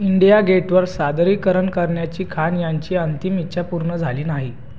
India गेटवर सादरीकरण करण्याची खान यांची अंतिम इच्छा पूर्ण झाली नाही